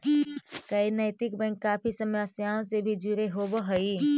कई नैतिक बैंक काफी संस्थाओं से भी जुड़े होवअ हई